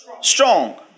strong